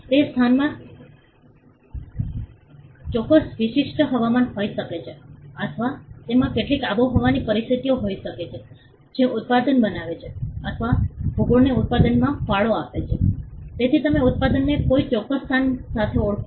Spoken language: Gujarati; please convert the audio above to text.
તે સ્થાનમાં ચોક્કસ વિશિષ્ટ હવામાન હોઈ શકે છે અથવા તેમાં કેટલીક આબોહવાની પરિસ્થિતિઓ હોઈ શકે છે જે ઉત્પાદન બનાવે છે અથવા ભૂગોળને ઉત્પાદનમાં ફાળો આપે છે તેથી તમે ઉત્પાદનને કોઈ ચોક્કસ સ્થાન સાથે ઓળખો